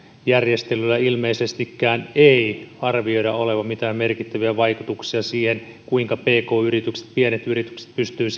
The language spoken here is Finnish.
järjestelyllä ilmeisestikään ei arvioida olevan mitään merkittäviä vaikutuksia siihen kuinka pk yritykset pienet yritykset pystyvät